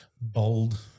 bold